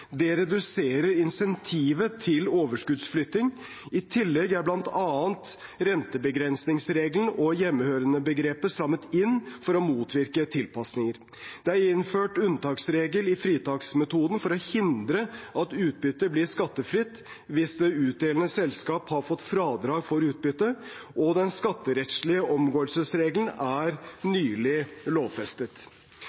Det reduserer insentivet til overskuddsflytting. I tillegg er bl.a. rentebegrensningsregelen og hjemmehørendebegrepet strammet inn for å motvirke tilpasninger. Det er innført en unntaksregel i fritaksmetoden for å hindre at utbytte blir skattefritt hvis det utdelende selskap har fått fradrag for utbyttet, og den skatterettslige omgåelsesregelen er